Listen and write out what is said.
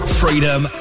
freedom